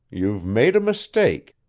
you've made a mistake.